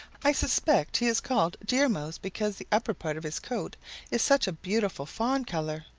i suspect he is called deer mouse because the upper part of his coat is such a beautiful fawn color.